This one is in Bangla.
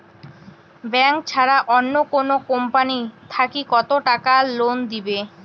ব্যাংক ছাড়া অন্য কোনো কোম্পানি থাকি কত টাকা লোন দিবে?